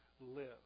live